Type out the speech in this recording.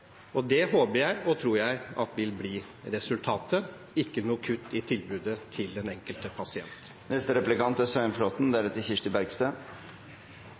stående. Det håper jeg og tror jeg at vil bli resultatet, og ikke noe kutt i tilbudet til den enkelte pasient.